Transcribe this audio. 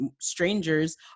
strangers